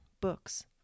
books